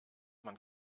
man